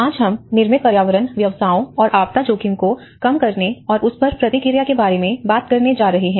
आज हम निर्मित पर्यावरण व्यवसायों और आपदा जोखिम को कम करने और उस पर प्रतिक्रिया के बारे में बात करने जा रहे हैं